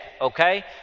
Okay